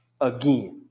again